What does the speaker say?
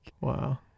Wow